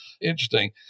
Interesting